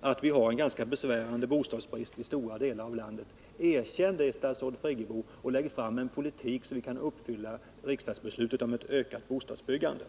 att vi har en ganska besvärande bostadsbrist i stora delar avlandet. Erkänn detta, statsrådet Friggebo, och lägg fram en bostadspolitik så att vi kan uppfylla riksdagsbeslutet om ökat bostadsbyggande!